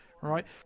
Right